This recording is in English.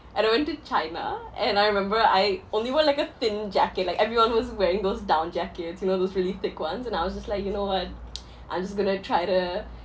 and I went to china and I remember I only wear like a thin jacket like everyone was wearing those down jackets you know those really thick ones and I was just like you know what I'm just going to try to